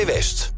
West